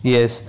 Yes